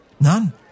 None